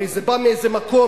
הרי זה בא מאיזה מקום,